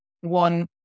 one